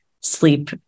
Sleep